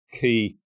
key